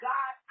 God